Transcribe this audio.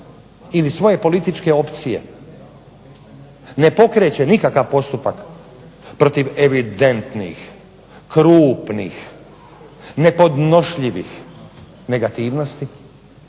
ili svoje političke opcije ne pokreće nikakav postupak protiv evidentnih, krupnih, nepodnošljivih negativnosti,